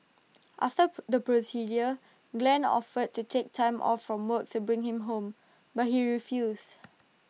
after the procedure Glen offered to take time off from work to bring him home but he refused